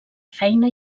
feina